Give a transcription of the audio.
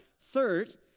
Third